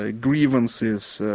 ah grievances,